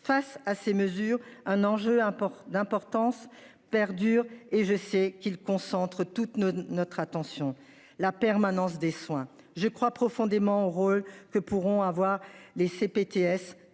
face à ces mesures, un enjeu important d'importance perdure et je sais qu'il concentre toutes nos notre attention la permanence des soins. Je crois profondément heureux que pourront avoir les CPTS